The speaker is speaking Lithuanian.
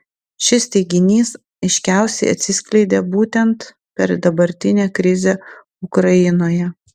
šis teiginys aiškiausiai atsiskleidė būtent per dabartinę krizę ukrainoje